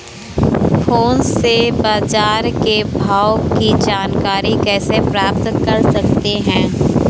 Phone से बाजार के भाव की जानकारी कैसे प्राप्त कर सकते हैं?